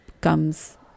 comes